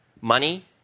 Money